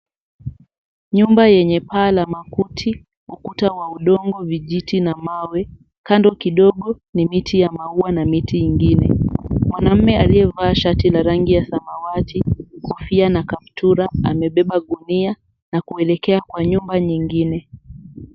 Nyumba yenye paa la makuti, ukuta wa udongo, vijiti na mawe, kando kidogo ni miti ya maua na miti ingine. Mwanaume aliyevaa shati la rangi ya samawati, kofia na kaptura, amebeba gunia na kuelekea kwa nyumba nyingine.